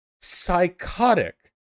psychotic